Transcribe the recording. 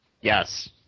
yes